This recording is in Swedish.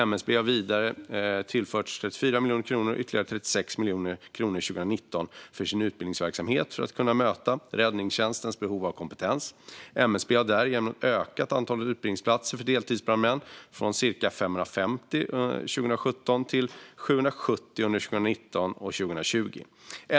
MSB har vidare tillförts 34 miljoner kronor 2018 och ytterligare 36 miljoner kronor 2019 för sin utbildningsverksamhet för att kunna möta räddningstjänstens behov av kompetens. MSB har därigenom ökat antalet utbildningsplatser för deltidsbrandmän från ca 550 platser 2017 till 770 platser under 2019 och 2020.